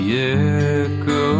echo